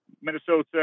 Minnesota